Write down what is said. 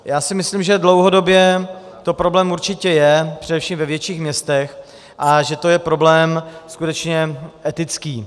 Já si myslím, že dlouhodobě to problém určitě je především ve větších městech a že to je problém skutečně etický.